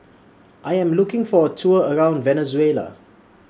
I Am looking For A Tour around Venezuela